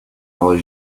all